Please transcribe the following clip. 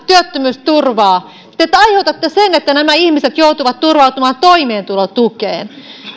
työttömyysturvaa te te aiheutatte sen että nämä ihmiset joutuvat turvautumaan toimeentulotukeen